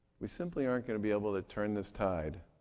we simply aren't going to be able to turn this tide